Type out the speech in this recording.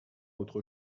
autre